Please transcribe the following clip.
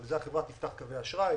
על זה החברה תפתח קווי אשראי,